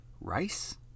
Rice